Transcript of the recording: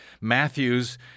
Matthews